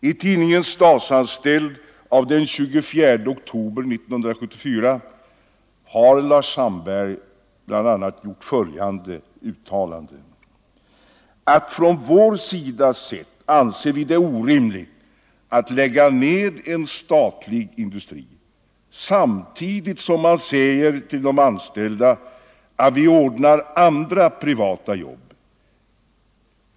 I tidningen Statsanställd av den 24 oktober 1974 har Lars Sandberg bl.a. uttalat att ”från vår sida sett anser vi det orimligt att lägga ned en statlig industri. Samtidigt som man säger till de anställda att vi ordnar andra privata jobb.